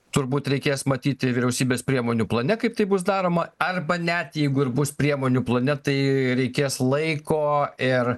turbūt reikės matyti vyriausybės priemonių plane kaip tai bus daroma arba net jeigu ir bus priemonių plane tai reikės laiko ir